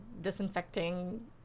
disinfecting